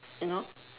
you know